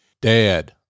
Dad